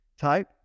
type